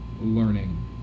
learning